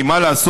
כי מה לעשות,